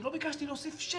כי לא ביקשתי להוסיף שקל.